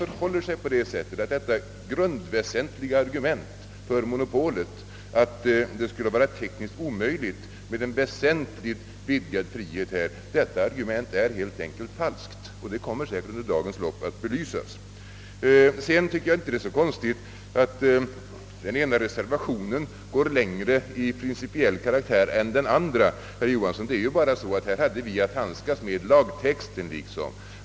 Hon kommer att klargöra att monopolanhängarnas grundväsentligaste argument, att det skulle vara tekniskt omöjligt med en väsentligt vidgad frihet, helt enkelt är falskt. Jag tycker inte att det är så konstigt att den ena reservationen går längre i principiell karaktär än den andra, herr Johansson. Vi hade att handskas med lagtexten.